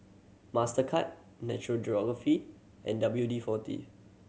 Mastercard National Geographic and W D Forty